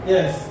Yes